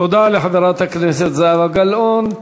תודה לחברת הכנסת זהבה גלאון.